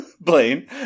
Blaine